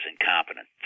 incompetent